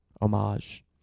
homage